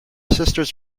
sisters